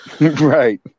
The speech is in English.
Right